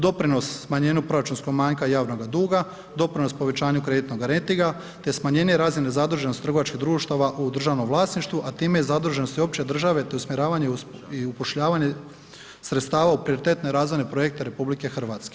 Doprinos smanjenju proračunskog manjka i javnoga duga, doprinos povećanju kreditnoga rejtinga te smanjenje razine zaduženosti trgovačkih društava u državnom vlasništvu, a time i zaduženosti opće države te usmjeravanje i upošljavanje sredstava u prioritetne i razvojne projekte RH.